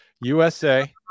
USA